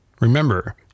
Remember